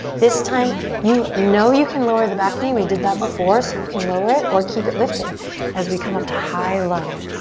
this time you know you can lower the back knee, we did that before. so you can lower it or keep it lifted as we come up to high lunge,